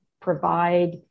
provide